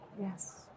yes